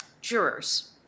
Jurors